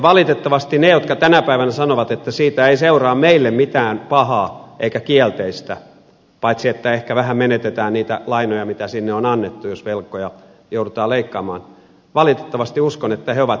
valitettavasti uskon että ne jotka tänä päivänä sanovat että siitä ei seuraa meille mitään pahaa eikä kielteistä paitsi että ehkä vähän menetetään niitä lainoja mitä sinne on annettu jos velkoja joudutaan leikkaamaan ovat väärässä